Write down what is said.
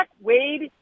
Wade